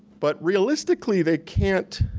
but realistically they can't,